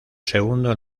segundo